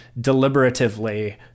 deliberatively